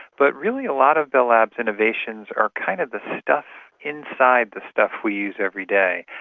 but really a lot of bell labs' innovations are kind of the stuff inside the stuff we use every day.